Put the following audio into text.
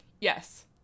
Yes